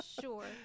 sure